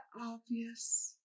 obvious